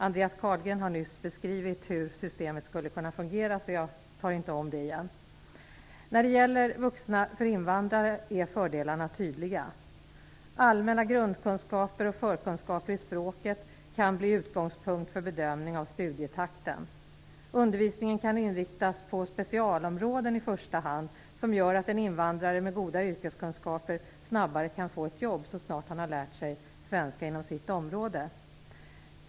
Andreas Carlgren har nyss beskrivit hur systemet skulle kunna fungera, så jag tar inte upp det. När det gäller svenska för vuxna invandrare är fördelarna tydliga. Allmänna grundkunskaper och förkunskaper i språket kan bli utgångspunkt för bedömning av studietakten. Undervisningen kan inriktas på specialområden i första hand, som gör att en invandrare med goda yrkeskunskaper snabbare kan få ett jobb, så snart han har lärt sig svenska inom sitt område.